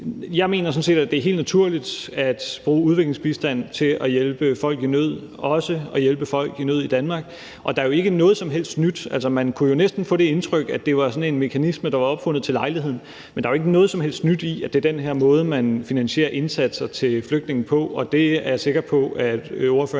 jeg mener sådan set, det er helt naturligt at bruge udviklingsbistanden til at hjælpe folk i nød, også til at hjælpe folk i nød i Danmark, og der er jo ikke noget som helst nyt i det. Altså, man kunne jo næsten få det indtryk, at der var tale om sådan en mekanisme, der var opfundet til lejligheden, men der er jo ikke noget som helst nyt i, at det er den her måde, man finansierer indsatser til flygtninge på, og det er jeg sikker på at ordføreren